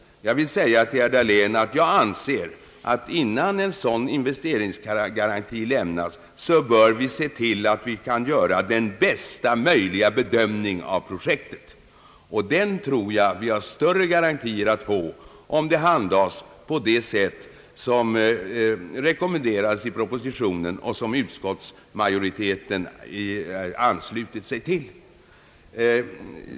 Jag anser att innan en investeringsgaranti lämnas, bör vi se till att vi kan göra bästa möjliga bedömning av projektet. Jag tror att vi har större garantier för att kunna göra en sådan bedömning om ärendena handlägges på det sätt som rekommenderas i propositionen och som utskottsmajoriteten anslutit sig till.